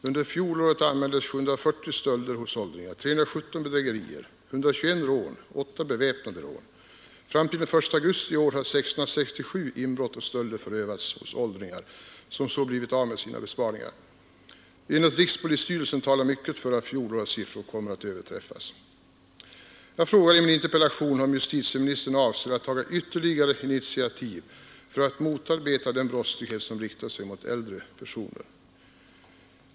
Under fjolåret anmäldes 740 stölder hos åldringar, 317 bedrägerier, 171 rån och 8 beväpnade rån. Fram till den 1 augusti i år har 667 inbrott och stölder förövats hos åldringar, som så blivit av med sina besparingar. Enligt rikspolisstyrelsen talar mycket för att fjolårets siffror kommer att överträffas. Jag frågade i min interpellation om justitieministern avser att ta ytterligare initiativ för att motarbeta den brottslighet som riktar sig mot äldre personer.